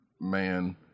Man